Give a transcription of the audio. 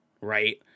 right